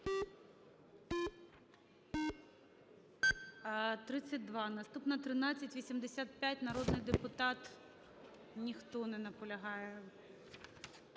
За-32 Наступна – 1385, народний депутат… Ніхто не наполягає.